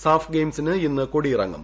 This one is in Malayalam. സാഫ് ഗെയിംസിന് ഇന്ന് കൊടിയിറങ്ങും